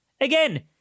Again